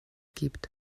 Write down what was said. gibt